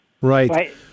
Right